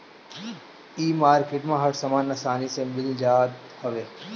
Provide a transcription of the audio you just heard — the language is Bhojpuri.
इ मार्किट में हर सामान आसानी से मिल जात हवे